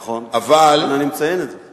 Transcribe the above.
נכון, לכן אני מציין את זה.